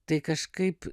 tai kažkaip